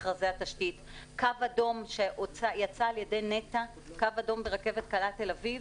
קו אדום שיצא על-ידי נת"ע של הרכבת הקלה בתל-אביב